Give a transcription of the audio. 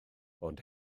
ond